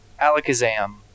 Alakazam